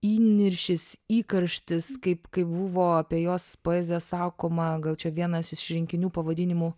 įniršis įkarštis kaip kai buvo apie jos poeziją sakoma gal čia vienas iš rinkinių pavadinimų